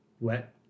wet